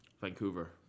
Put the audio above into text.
Vancouver